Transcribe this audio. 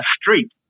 street